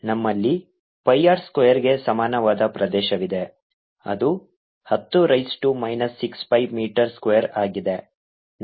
ನಮ್ಮಲ್ಲಿ pi r ಸ್ಕ್ವೇರ್ಗೆ ಸಮಾನವಾದ ಪ್ರದೇಶವಿದೆ ಅದು ಹತ್ತು raise to minus 6 pi metre square ಆಗಿದೆ